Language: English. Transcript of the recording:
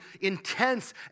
intense